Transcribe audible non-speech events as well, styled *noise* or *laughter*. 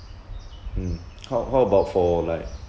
mm *noise* how how about for like